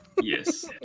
yes